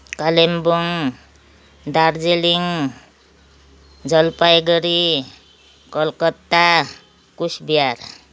Kalimpong Darjeeling Jalpaiguri Kolkata Cooch Behar